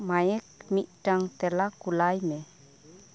mic ᱢᱤᱜᱴᱟᱝ ᱛᱮᱞᱟ ᱠᱩᱞᱟᱭ ᱢᱮ